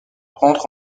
rentre